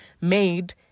made